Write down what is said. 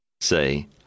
Say